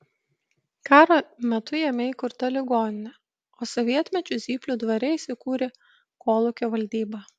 karo metu jame įkurta ligoninė o sovietmečiu zyplių dvare įsikūrė kolūkio valdyba